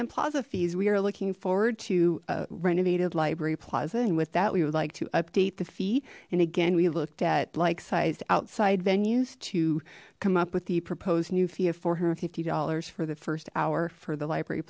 then plaza fees we are looking forward to renovated library plaza and with that we would like to update the fee and again we looked at like sized outside venues to come up with the proposed new fee of four hundred and fifty dollars for the first hour for the library